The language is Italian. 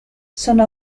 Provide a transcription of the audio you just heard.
sono